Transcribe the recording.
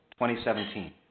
2017